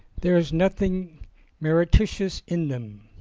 there is nothing meretricious in them.